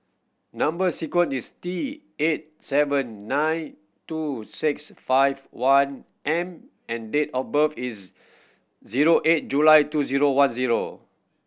number sequence is T eight seven nine two six five one M and date of birth is zero eight July two zero one zero